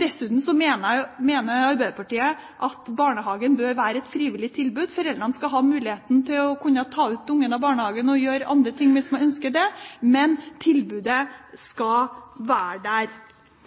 Dessuten mener Arbeiderpartiet at barnehage bør være et frivillig tilbud. Foreldrene skal ha mulighet til å kunne ta ut barnet av barnehagen og gjøre andre ting hvis de ønsker det, men tilbudet skal være der.